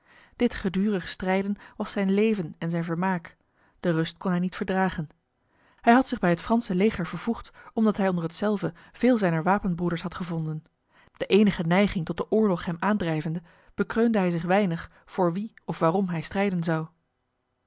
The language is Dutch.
dit gedurig strijden was zijn leven en zijn vermaak de rust kon hij niet verdragen hij had zich bij het franse leger vervoegd omdat hij onder hetzelve veel zijner wapenbroeders had gevonden de enige neiging tot de oorlog hem aandrijvende bekreunde hij zich weinig voor wie of waarom hij strijden zou